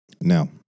Now